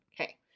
Okay